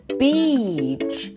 beach